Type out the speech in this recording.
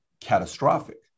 catastrophic